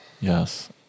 yes